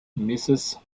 mrs